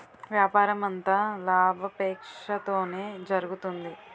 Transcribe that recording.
వ్యాపారమంతా లాభాపేక్షతోనే జరుగుతుంది